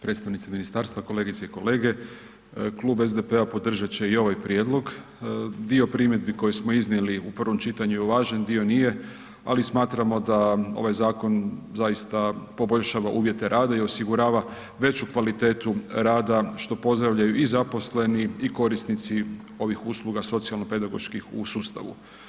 Predstavnici ministarstva, kolegice i kolege, Klub SDP-a podržat će i ovaj prijedlog, dio primjedbi koje smo iznijeli u prvom čitanju je uvažen, dio nije, ali smatramo da ovaj zakon zaista poboljšava uvjete rada i osigurava veću kvalitetu rada što pozdravljaju i zaposleni i korisnici ovih usluga socijalno-pedagoških u sustavu.